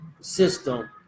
system